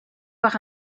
par